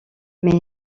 mais